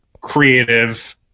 creative